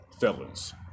felons